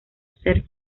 ser